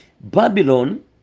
Babylon